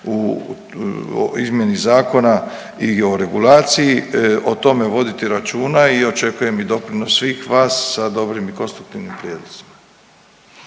u izmjeni zakona i o regulaciji o tome voditi računa i očekujem i doprinos svih vas sa dobrim i konstruktivnim prijedlozima.